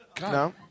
No